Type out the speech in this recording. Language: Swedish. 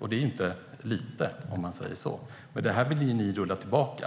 och det är inte lite. Men detta vill ni rulla tillbaka.